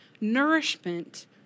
nourishment